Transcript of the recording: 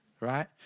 right